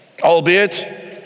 albeit